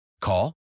Call